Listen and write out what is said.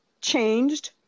changed